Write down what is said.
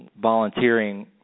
volunteering